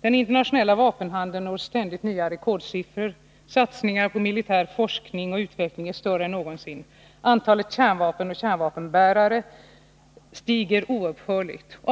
Den internationella vapenhandeln når ständigt nya rekordsiffror. Satsningarna på militär forskning och utveckling är större än någonsin. Antalet kärnvapen och kärnvapenbärare stiger oupphörligt.